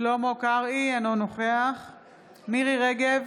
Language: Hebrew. אינו נוכח מירי מרים רגב,